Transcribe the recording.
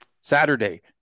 Saturday